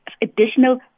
additional